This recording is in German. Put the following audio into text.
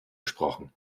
gesprochen